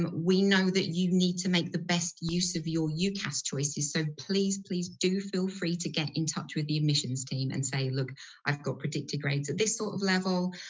we know that you need to make the best use of your ucas choices so please please do feel free to get in touch with the admissions team and say i've got predicted grades at this sort of level,